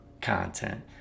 content